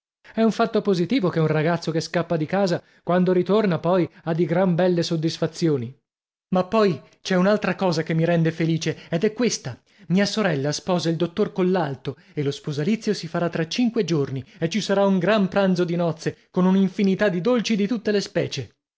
è un fatto positivo che un ragazzo che scappa di casa quando ritorna poi ha di gran belle soddisfazioni ma poi c'è un'altra cosa che mi rende felice ed è questa mia sorella sposa il dottor collalto e lo sposalizio si farà tra cinque giorni e ci sarà un gran pranzo di nozze con un'infinità di dolci di tutte le specie